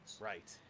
Right